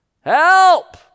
Help